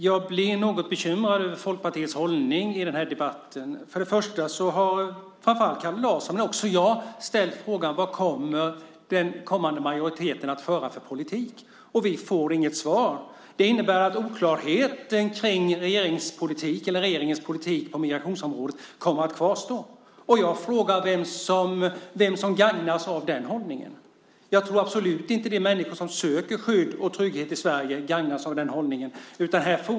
Fru talman! Jag blir bekymrad över Folkpartiets hållning i den här debatten. Till att börja med har framför allt Kalle Larsson men också jag ställt frågan vad den kommande majoriteten kommer att föra för politik. Vi får inget svar. Det innebär att oklarheten kring regeringens politik på migrationsområdet kommer att kvarstå. Jag undrar vem som gagnas av den hållningen. Jag tror absolut inte att de människor som söker skydd och trygghet i Sverige gör det.